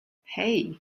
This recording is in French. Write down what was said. hey